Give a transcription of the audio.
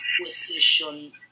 acquisition